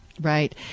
Right